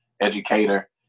educator